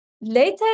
later